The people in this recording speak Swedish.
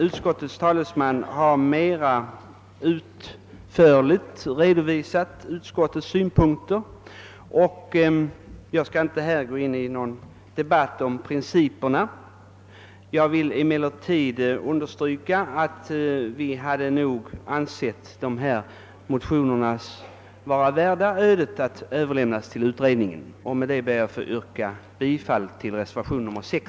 Utskottets talesman har mera utförligt redovisat utskottets synpunkter och jag skall inte gå in i någon principdebatt utan endast understryka att vi ansett dessa motioner vara värda att överlämnas till utredningen. Med det anförda ber jag att få yrka bifall till reservationen 6.